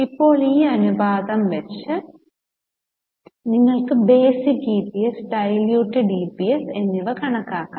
അപ്പോൾ ഈ അനുപാതം വച്ച നിങ്ങൾക് ബേസിക് EPS ഡൈല്യൂട്ടഡ് EPS എന്നിവ കണക്കാക്കാം